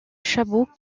chabaud